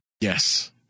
Yes